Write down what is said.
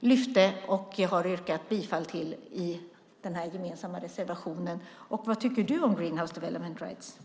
lyfte upp och har yrkat bifall till i vår gemensamma reservation. Vad tycker du, Birgitta Ohlsson, om Greenhouse Development Rights?